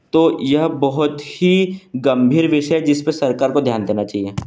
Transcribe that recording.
तो यह बहुत ही गंभीर विषय है जिस पर सरकार को ध्यान देना चाहिए